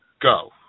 Go